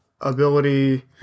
ability